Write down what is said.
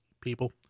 people